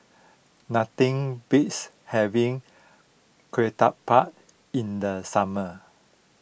nothing beats having Ketupat in the summer